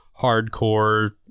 hardcore